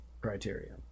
criteria